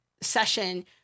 session